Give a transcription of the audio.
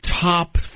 top